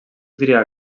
triar